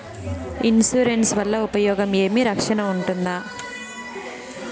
Insurance వల్ల ఉపయోగం ఏమి? రక్షణ ఉంటుందా?